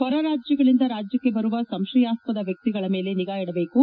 ಹೊರ ರಾಜ್ಯಗಳಿಂದ ರಾಜ್ಯಕ್ಷೆ ಬರುವ ಸಂಶಯಾಸ್ಪದ ವ್ಯಕ್ತಿಗಳ ಮೇಲೆ ನಿಗಾ ಇಡಬೇಕು